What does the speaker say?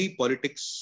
politics